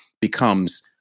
becomes